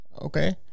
okay